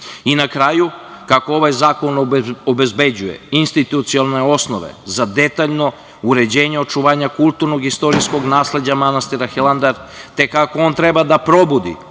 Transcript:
na kraju, kako ovaj zakon obezbeđuje institucionalne osnove za detaljno uređenje očuvanja kulturnog i istorijskog nasleđa manastira Hilandar, te kako on treba da probudi